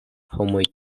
homoj